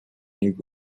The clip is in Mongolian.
нэг